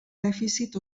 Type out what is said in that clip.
dèficit